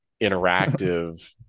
interactive